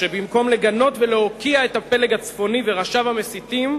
שבמקום לגנות ולהוקיע את הפלג הצפוני וראשיו המסיתים,